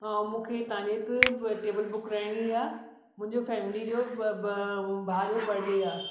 हा मूंखे तव्हांजो हिते टेबल बुक कराइणी आहे मुंहिंजो फैमिली जो भाउ जो बर्डे आहे